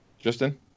Justin